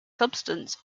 substance